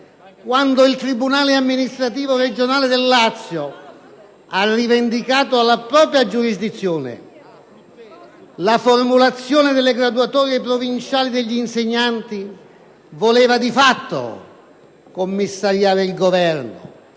quando il tribunale amministrativo regionale del Lazio ha rivendicato alla propria giurisdizione la formazione delle graduatorie provinciali degli insegnanti voleva di fatto commissariare il Governo,